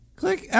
click